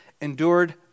endured